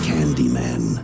Candyman